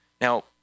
Now